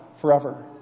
forever